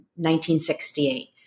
1968